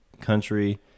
country